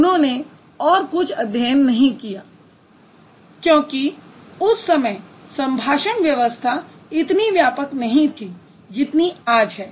उन्होंने और कुछ अध्ययन नहीं किया क्योंकि उस समय संभाषण व्यवस्था इतनी व्यापक नहीं थी जितनी आज है